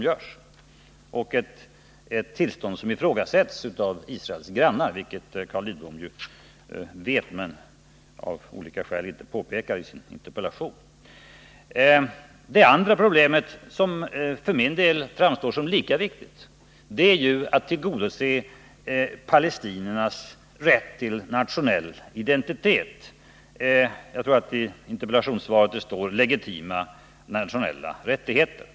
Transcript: Detta erkännande accepteras inte av Israels grannar, vilket Carl Lidbom vet men av olika skäl inte påpekar i sin interpellation. Det andra problemet, som för min del framstår som lika viktigt, är att tillgodose palestiniernas rätt till nationell identitet. Jag tror att det i 137 interpellationssvaret står legitima nationella rättigheter.